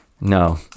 No